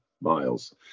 miles